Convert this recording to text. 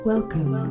Welcome